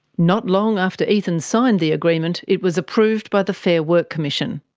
not long after ethan signed the agreement, it was approved by the fair work commission.